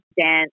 dance